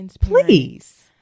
Please